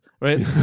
right